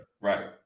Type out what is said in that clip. right